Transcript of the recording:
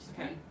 Okay